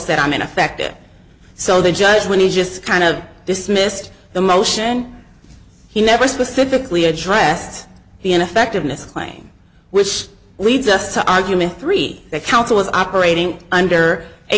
said i mean affect it so the judge when he just kind of dismissed the motion he never specifically addressed the ineffectiveness claim which leads us to argument three that counsel was operating under a